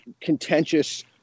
contentious